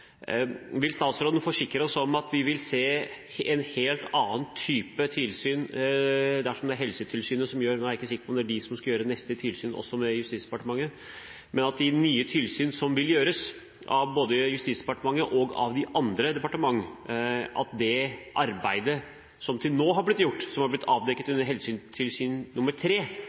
vil bli ført med departementet. Kan statsråden forsikre oss om at vi vil se en helt annen type tilsyn dersom det er Helsetilsynet som skal gjøre neste tilsyn – jeg er ikke sikker på om det er de som skal gjøre neste tilsyn når det gjelder Justisdepartementet – men at de nye tilsyn som skal gjøres av både Justisdepartementet og de andre departementene, at det arbeidet som til nå har blitt gjort, og som det ble avdekket